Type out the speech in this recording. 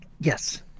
Yes